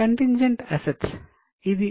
contingent assets CA